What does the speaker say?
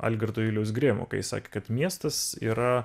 algirdo juliaus grėmo kai jis sakė kad miestas yra